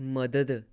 मदद